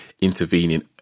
intervening